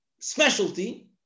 specialty